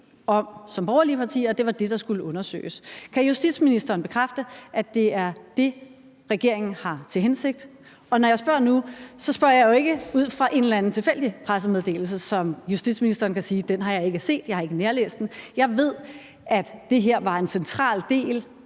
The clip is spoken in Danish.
som borgerlige partier var enige om var det, der skulle undersøges. Kan justitsministeren bekræfte, at det er det, regeringen har til hensigt? Når jeg spørger nu, spørger jeg jo ikke ud fra en eller anden tilfældig pressemeddelelse, hvortil justitsministeren kan sige: Den har jeg ikke set; jeg har ikke nærlæst den. Jeg ved, at det her var en central del